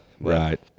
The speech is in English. Right